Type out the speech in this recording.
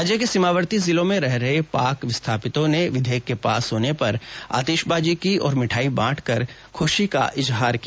राज्य के सीमावर्ती जिलों में रह रहे पाक विस्थापितों ने विधेयक के पास होने पर आतिशबाजी की और मिठाई बांटकर खूशी का इजहार किया